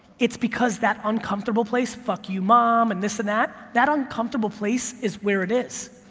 it's because that uncomfortable place, fuck you, mom, and this and that, that uncomfortable place is where it is.